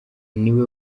niwe